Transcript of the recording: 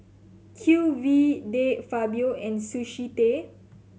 Q V De Fabio and Sushi Tei